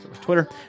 Twitter